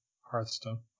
Hearthstone